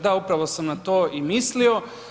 Da, upravo sam na to i mislio.